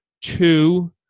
Two